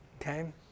Okay